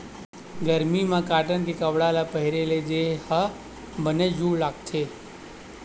गरमी म कॉटन के कपड़ा ल पहिरे ले देहे ह बने जूड़ लागथे